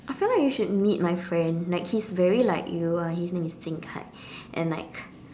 I feel like you should meet my friend like he's very like you and his name is Jing-Kai and like